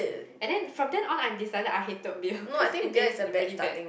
and then from then on I decided I hated beer cause it tastes really bad